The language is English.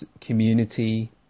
community